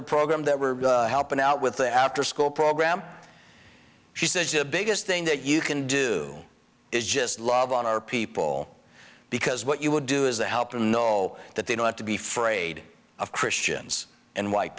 the program that we're helping out with the afterschool program she says the biggest thing that you can do is just love on our people because what you would do is help her know that they don't have to be fraid of christians and white